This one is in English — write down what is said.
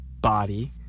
body